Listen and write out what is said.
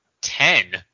ten